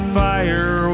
fire